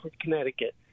Connecticut